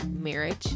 marriage